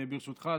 ברשותך,